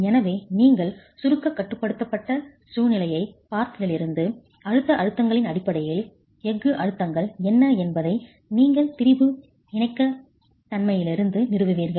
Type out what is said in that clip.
எனவே நீங்கள் சுருக்க கட்டுப்படுத்தப்பட்ட சூழ்நிலையைப் பார்த்ததிலிருந்து அழுத்த அழுத்தங்களின் அடிப்படையில் எஃகு அழுத்தங்கள் என்ன என்பதை நீங்கள் திரிபு இணக்கத்தன்மையிலிருந்து நிறுவுவீர்கள்